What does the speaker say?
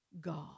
God